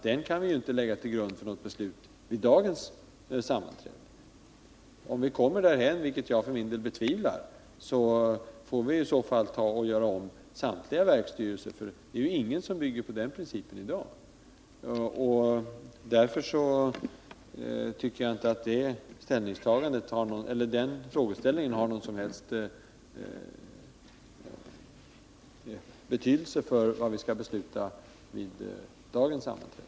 Den kan vi inte lägga till grund för något beslut vid dagens sammanträde. Om vi kommer därhän, vilket jag för min del betvivlar, får vi i så fall göra om samtliga verksstyrelser, för det är nog ingen som bygger på den principen i dag. Därför tycker jag inte att den frågeställningen har någon som helst betydelse för det vi skall ta ställning till nu.